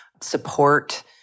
support